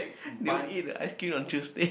do you eat ice cream on Tuesday